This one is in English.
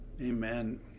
Amen